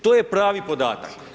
To je pravi podatak.